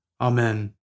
Amen